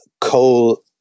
coal